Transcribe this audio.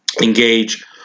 engage